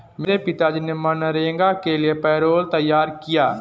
मेरे पिताजी ने मनरेगा के लिए पैरोल तैयार किया